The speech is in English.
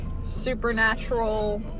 Supernatural